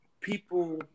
people